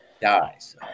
dies